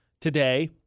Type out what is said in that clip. today